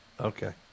Okay